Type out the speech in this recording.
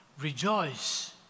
Rejoice